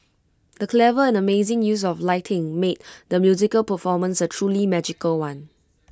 the clever and amazing use of lighting made the musical performance A truly magical one